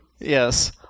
Yes